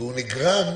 והוא נגרם,